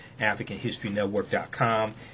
AfricanHistoryNetwork.com